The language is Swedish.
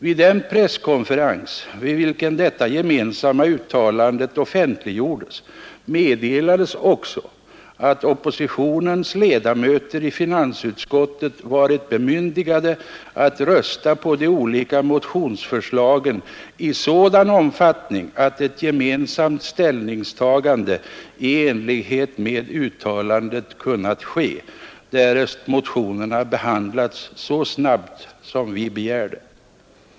Vid den presskonferens vid vilken det gemensamma uttalandet offentliggjordes meddelades också att oppositionens ledamöter i finansutskottet varit bemyndigade att rösta på de olika motionsförslagen i sådan omfattning att ett gemensamt ställningstagande i enlighet med uttalandet kunnat ske, därest motionerna behandlats så snabbt som vi begärde.